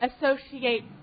associate